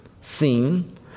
seen